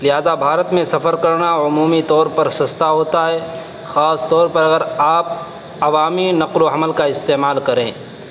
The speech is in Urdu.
لہٰذا بھارت میں سفر کرنا عمومی طور پر سستا ہوتا ہے خاص طور پر اگر آپ عوامی نقل و حمل کا استعمال کریں